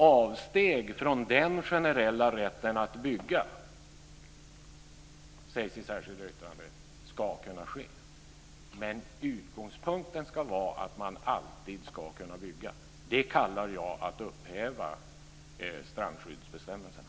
Avsteg från den generella rätten att bygga ska kunna ske, sägs i det särskilda yttrandet, men utgångspunkten ska vara att man alltid ska kunna bygga. Det kallar jag att upphäva strandskyddsbestämmelserna.